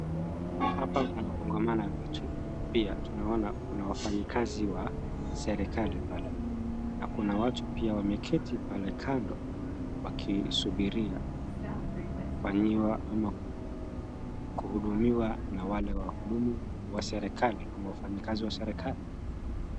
Hapa kuna kongamano ya watu, pia tunaona kuna wafanyakazi wa serikali pale, na kuna watu pia wameketi pale kando, wakisubiria kufanyiwa ama kuhudumiwa na wale wahudumu wa serikali ama wafanyikazi wa serikali.